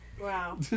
Wow